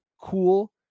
cool